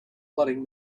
flooding